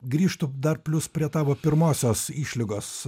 grįžtu dar plius prie tavo pirmosios išlygos